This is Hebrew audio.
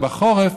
בחורף,